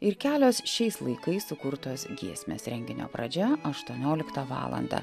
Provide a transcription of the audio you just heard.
ir kelios šiais laikais sukurtos giesmės renginio pradžia aštuonioliktą valandą